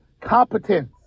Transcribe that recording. competence